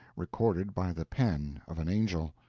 recorded by the pen of an angel.